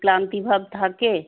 ক্লান্তিভাব থাকে